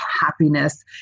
happiness